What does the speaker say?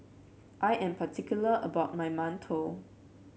I am particular about my Mantou